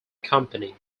company